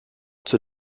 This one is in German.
zur